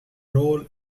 role